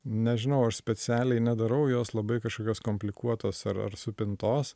nežinau aš specialiai nedarau jos labai kažkokios komplikuotos ar ar supintos